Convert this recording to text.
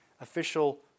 official